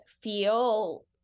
feel